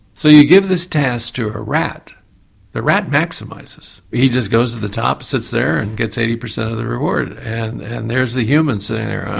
so you give this test to a rat the rat maximises, he just goes to the top and sits there and gets eighty percent of the reward and and there's the human sitting there.